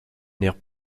nerf